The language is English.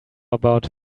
about